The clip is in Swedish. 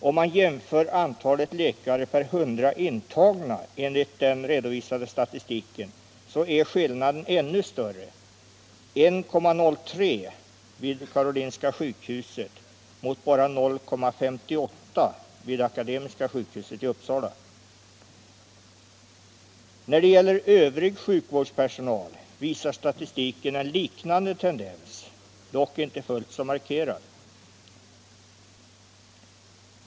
Om man jämför antalet läkare per hundra intagna enligt den redovisade statistiken finner man att skillnaden är ännu större: 1,03 vid Karolinska sjukhuset mot bara 0,58 vid akademiska sjukhuset. När det gäller övrig sjukvårdspersonal visar statistiken en liknande tendens, dock inte fullt så markerad.